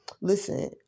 listen